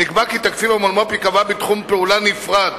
נקבע כי תקציב המולמו"פ ייקבע בתחום פעולה נפרד